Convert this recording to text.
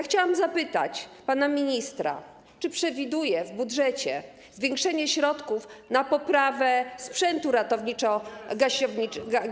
Chciałabym zapytać pana ministra, czy przewiduje w budżecie zwiększenie środków na poprawę sprzętu ratowniczo-gaśniczego.